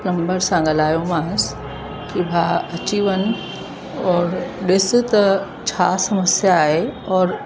plumber सां ॻाल्हायोमांसि कि भाउ अची वञु और ॾिसु त छा समस्या आहे और